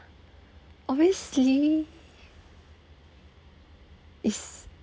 obviously it's